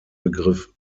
begriff